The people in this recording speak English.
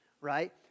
right